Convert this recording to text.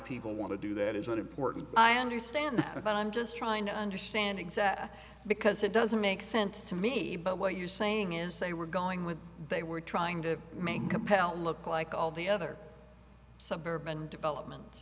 people want to do that is not important i understand but i'm just trying to understand exactly because it doesn't make sense to me but what you're saying is they were going with they were trying to make compel look like all the other suburban development